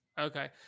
Okay